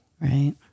Right